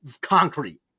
concrete